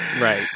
right